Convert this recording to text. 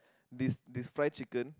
this this fried chicken